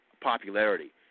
popularity